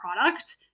product